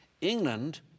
England